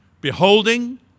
Beholding